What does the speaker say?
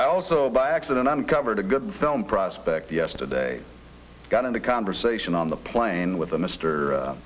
i also by accident uncovered a good film prospect yesterday got into conversation on the plane with